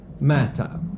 matter